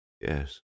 yes